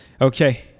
Okay